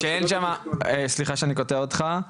סליחה שאני קוטע אותך.